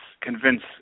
convince